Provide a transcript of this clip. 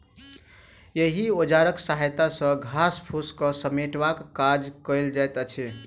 एहि औजारक सहायता सॅ घास फूस के समेटबाक काज कयल जाइत अछि